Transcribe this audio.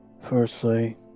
Firstly